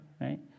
right